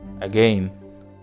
again